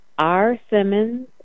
rsimmons